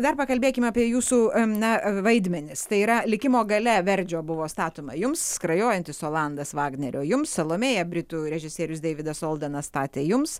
dar pakalbėkime apie jūsų na vaidmenis tai yra likimo galia verdžio buvo statoma jums skrajojantis olandas vagnerio jums salomėja britų režisierius deividas oldenas statė jums